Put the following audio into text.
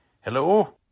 Hello